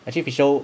actually fischl